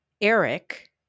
Eric